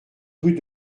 rue